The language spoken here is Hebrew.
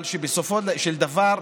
אבל בסופו של דבר,